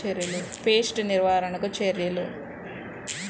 Pest నివారణకు చర్యలు?